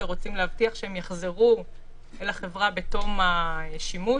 ורוצים להבטיח שהם יחזרו אל החברה בתום השימוש,